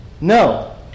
No